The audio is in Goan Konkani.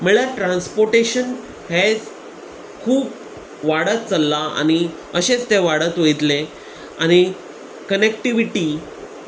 म्हणल्यार ट्रांसपोटेशन हेंच खूब वाडत चल्लां आनी अशेंच ते वाडत वयतले आनी कनेक्टिविटी